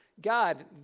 God